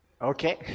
Okay